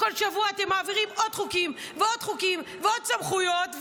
בכל שבוע אתם מעבירים עוד חוקים ועוד חוקים ועוד סמכויות,